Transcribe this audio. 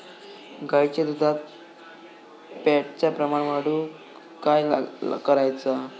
गाईच्या दुधात फॅटचा प्रमाण वाढवुक काय करायचा?